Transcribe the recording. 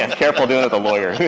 and careful dealing with a lawyer.